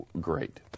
Great